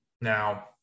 Now